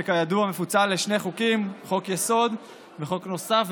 שכידוע מפוצל לשני חוקים: חוק-היסוד וחוק נוסף.